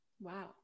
Wow